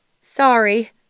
Sorry